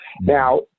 Now